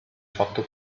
fatto